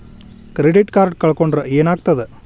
Credit card ಕಳ್ಕೊಂಡ್ರ್ ಏನಾಗ್ತದ?